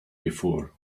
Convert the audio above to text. before